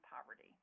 poverty